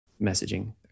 messaging